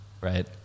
right